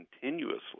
continuously